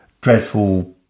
dreadful